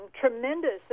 tremendous